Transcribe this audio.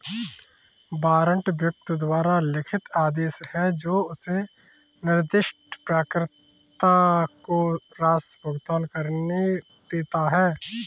warrant व्यक्ति द्वारा लिखित आदेश है जो उसे निर्दिष्ट प्राप्तकर्ता को राशि भुगतान करने देता है